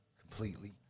completely